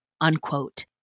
unquote